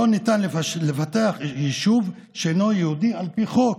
ניתן לפתח יישוב שאינו יהודי על פי חוק,